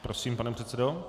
Prosím, pane předsedo.